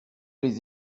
les